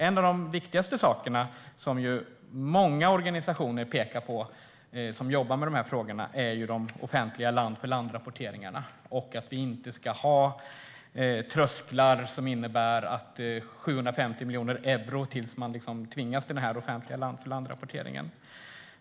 En av de viktigaste delarna, som många organisationer som jobbar med dessa frågor pekar på, är de offentliga land-för-land-rapporteringarna och att vi inte ska ha trösklar som innebär att det krävs 750 miljoner euro innan man tvingas till den offentliga land-för-land-rapporteringen.